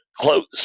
close